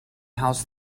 house